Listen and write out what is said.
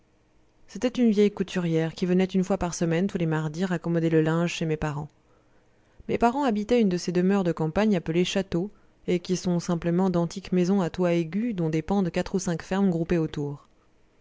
c'était une vieille couturière qui venait une fois par semaine tous les mardis raccommoder le linge chez mes parents mes parents habitaient une de ces demeures de campagne appelées châteaux et qui sont simplement d'antiques maisons à toit aigu dont dépendent quatre ou cinq fermes groupées autour